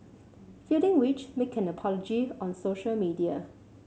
feeling which make an apology on social media